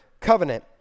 covenant